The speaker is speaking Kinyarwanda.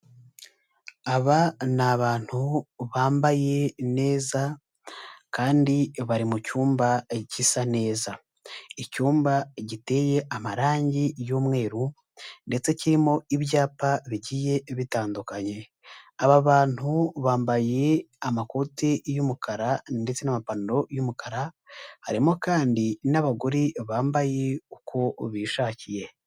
Aba ni abantu bambaye neza kandi bari mu cyumba gisa neza, icyumba giteye amarangi y'umweru ndetse kirimo ibyapa bigiye bitandukanye, aba bantu bambaye amakoti y'umukara ndetse n'amapantaro y'umukara, harimo kandi n'abagore bambaye uko bishakiye.